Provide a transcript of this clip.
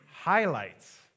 highlights